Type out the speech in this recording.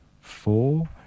four